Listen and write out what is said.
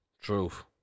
Truth